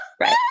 Right